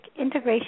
integration